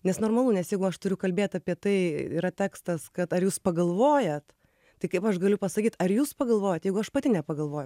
nes normalu nes jeigu aš turiu kalbėt apie tai yra tekstas kad ar jūs pagalvojat tai kaip aš galiu pasakyt ar jūs pagalvojat jeigu aš pati nepagalvojau